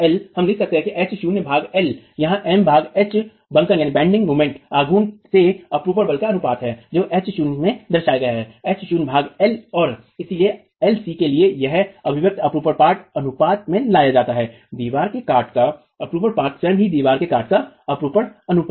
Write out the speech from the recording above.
हम लिखते हैं कि H शून्य भाग l एलयहाँ M भाग H बंकन आघूर्ण से अपरूपण बल का अनुपात है जो H शून्य में दर्शाया गया है H शून्य भाग l एल और इसलिए lc के लिए यह अभिव्यक्ति अपरूपण पाट अनुपात में लाया जाता है दीवार के काट का अपरूपण पाट स्वयं ही दीवार के काट का अपरूपण अनुपात है